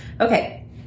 okay